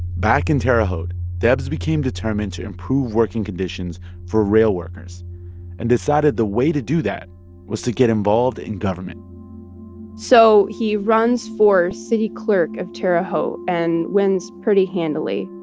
back in terre haute debs became determined to improve working conditions for rail workers and decided the way to do that was to get involved in government so he runs for city clerk of terre haute and wins pretty handily.